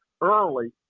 early